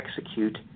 execute